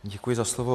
Děkuji za slovo.